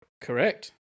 Correct